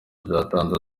byatanze